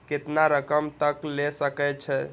केतना रकम तक ले सके छै?